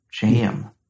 jam